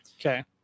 okay